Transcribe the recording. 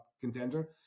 contender